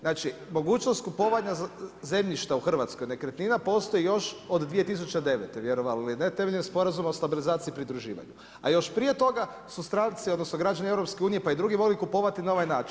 Znači, mogućnost kupovanja zemljišta u Hrvatskoj nekretnina postoji još od 2009. vjerovali ili ne temeljem Sporazuma o stabilizaciji i pridruživanju, a još prije toga su stranci, odnosno građani EU pa i drugi volili kupovati na ovaj način.